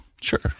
Sure